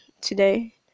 today